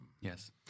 Yes